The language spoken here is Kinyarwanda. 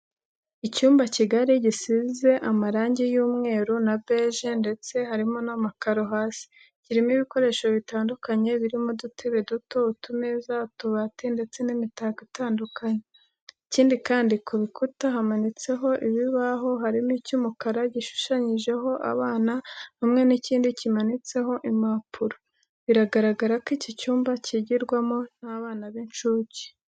Icyumba kigari gisizemo amarange y'umweru na beje ndetse harimo n'amakaro hasi. Kirimo ibikoresho bitandukanye birimo udutebe duto, utumeza, utubati, ndetse n'imitako itandukanye. Ikindi kandi ku bikuta hamanitseho ibibaho harimo icy'umukara gishushanyijeho abana hamwe n'ikindi kimanitseho impapuro. Biragaragara ko icyi cyumba cyigirwamo n'abana b'incucye.